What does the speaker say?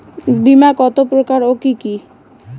বীমা কত প্রকার ও কি কি?